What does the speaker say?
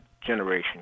generation